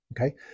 Okay